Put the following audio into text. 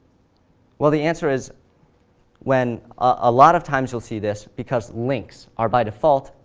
well, the answer is when a lot of times you'll see this because links are, by default,